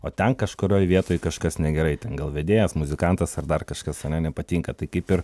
o ten kažkurioj vietoj kažkas negerai ten gal vedėjas muzikantas ar dar kažkas ane nepatinka tai kaip ir